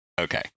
Okay